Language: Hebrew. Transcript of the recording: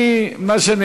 אני חושב שהוועדה שלי,